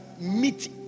meet